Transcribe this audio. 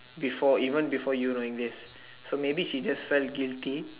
before even before you not enlist so maybe she just felt guilty